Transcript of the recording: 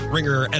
Ringer